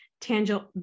tangible